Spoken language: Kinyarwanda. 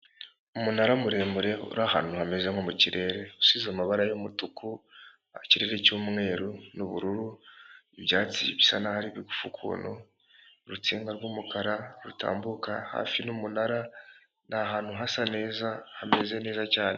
Umunara muremure uri ahantu hameze nko mu kirere usize amabara y'umutuku akira icyumweru n'ubururu ibyatsi bisa naho hari igufu ukuntu urukinga rw'umukara rutambuka hafi n'umunara ni ahantu hasa neza hameze neza cyane.